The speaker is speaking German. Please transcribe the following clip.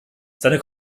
seine